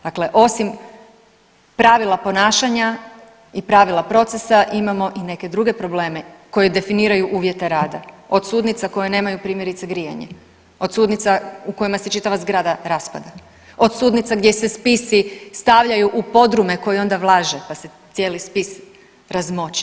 Dakle, osim pravila ponašanja i pravila procesa imamo i neke druge probleme koji definiraju uvjete rada, od sudnica koje nemaju primjerice grijanje, od sudnica u kojima se čitava zgrada raspada, od sudnica gdje se spisi stavljaju u podrume koji onda vlaže, pa se cijeli spis razmoči.